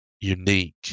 unique